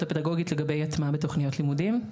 הפדגוגית לגבי הטמעה בתוכניות לימודים.